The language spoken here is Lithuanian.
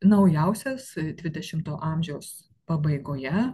naujausias dvidešimto amžiaus pabaigoje